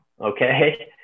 okay